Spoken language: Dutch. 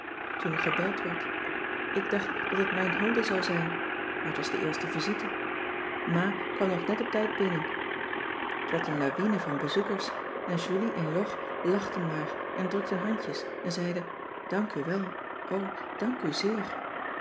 toen er gebeld werd ik dacht dat het mijn hulde zon zijn maar t was de eerste visite ma kwam nog net op tijd binnen t werd een lawine van bezoekers en julie en jog lachten maar en drukten handjes en zeiden dank u wel o dank u zeer